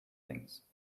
things